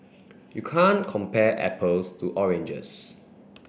you can't compare apples to oranges